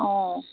অ